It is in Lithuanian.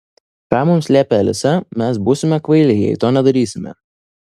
ką mums liepia alisa mes būsime kvailiai jei to nedarysime